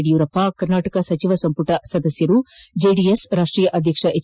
ಯಡಿಯೂರಪ್ಪ ಕರ್ನಾಟಕ ಸಚಿವ ಸಂಪುಟ ಸದಸ್ಯರು ಜೆಡಿಎಸ್ ರಾಷ್ಟೀಯ ಅಧ್ಯಕ್ಷ ಎಚ್